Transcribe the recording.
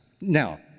Now